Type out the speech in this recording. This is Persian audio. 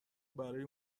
برای